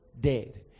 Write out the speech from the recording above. dead